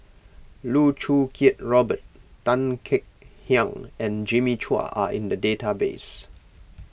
Loh Choo Kiat Robert Tan Kek Hiang and Jimmy Chua are in the database